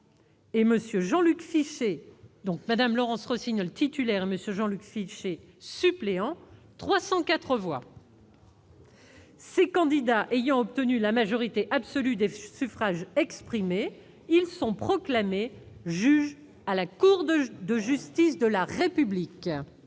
suppléante, 304 voix ; Mme Laurence Rossignol, titulaire, et M. Jean-Luc Fichet, suppléant, 304 voix. Ces candidats ayant obtenu la majorité absolue des suffrages exprimés, ils sont proclamés juges à la Cour de justice de la République.